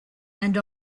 and